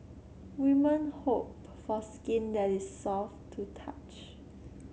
women hope for skin that is soft to touch